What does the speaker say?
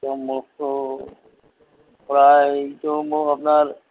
প্ৰায়তো মোৰ আপোনাৰ